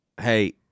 Hey